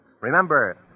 Remember